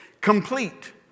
complete